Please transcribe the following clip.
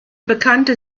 bekannte